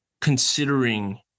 considering